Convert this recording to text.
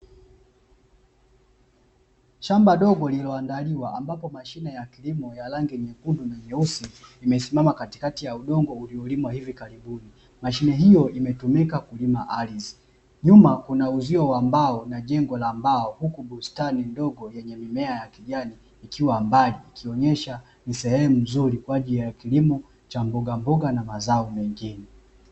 Shamba dogo lililoandaliwa ambapo mashine ya kilimo ya rangi nyekundu na nyeusi imeziingia ikikatakata udongo uliolimwa hivi karibuni. Mashine hiyo imetumika kulima ardhi. Juu kuna uzio wa mbao na jengo la mbao, huku bustani ndogo yenye mimea ya kijani ikiwa mbali, ikionyesha ni sehemu nzuri kwa ajili ya kilimo cha mbogamboga na mazao mengine.